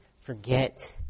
forget